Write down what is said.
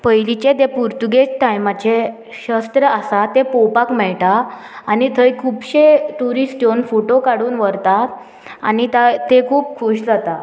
पयलींचे ते पुर्तुगेज टायमाचे शस्त्र आसा ते पळोवपाक मेळटा आनी थंय खुबशे ट्युरिस्ट येवन फोटो काडून व्हरतात आनी ते खूब खूश जाता